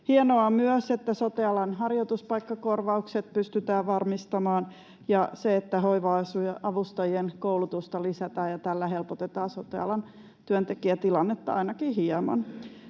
Hienoa myös, että sote-alan harjoituspaikkakorvaukset pystytään varmistamaan ja hoiva-avustajien koulutusta lisätään, millä helpotetaan sote-alan työntekijätilannetta ainakin hieman.